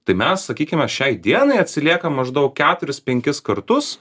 tai mes sakykime šiai dienai atsiliekam maždaug keturis penkis kartus